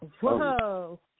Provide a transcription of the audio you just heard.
Whoa